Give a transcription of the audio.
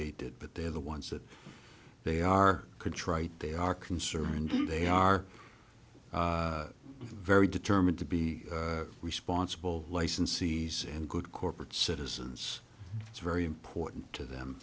they did but they're the ones that they are contrite they are concerned they are very determined to be responsible licensees and good corporate citizens it's very important to them